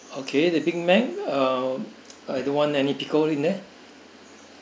okay the big Mac uh I don't want any pickle in there